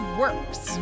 works